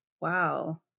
Wow